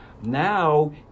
now